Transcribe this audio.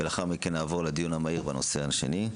ולאחר מכן נעבור לדיון המהיר בנושא השני.